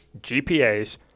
GPAs